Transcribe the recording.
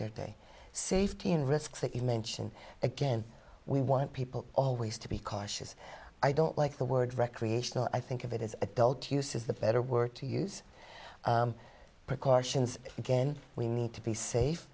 their day safety and risks that you mention again we want people always to be cautious i don't like the word recreational i think of it as adult use is the better word to use precautions again we need to be safe